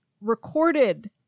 recorded